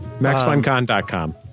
Maxfuncon.com